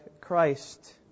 Christ